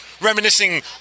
reminiscing